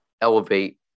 elevate